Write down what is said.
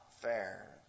fair